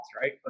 right